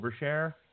overshare